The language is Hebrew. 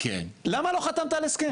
למה לא חתמת על הסכם?